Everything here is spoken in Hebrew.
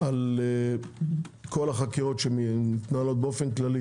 על כל החקירות שמתנהלות באופן כללי